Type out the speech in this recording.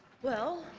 well,